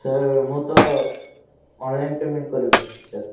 sir ମୁଁ ତ online payment କରିବି ଭାବୁଛି ସାର୍